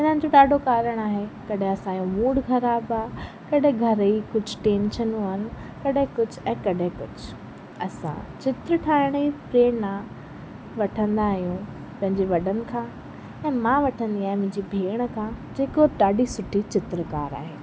इन्हनि जो ॾाढो कारणु आहे कॾहिं असांजो मूड ख़राबु आहे कॾहिं घर जी कुझु टेंशनूं आहिनि कॾहिं कुझु त कॾहिं कुझु असां चित्र ठाहिण जी प्रेरणा वठंदा आहियूं पंहिंजे वॾनि खां ऐं मां वठंदी आहियां मुंहिंजी भेण खां जेको डाढी सुठी चित्रकार आहे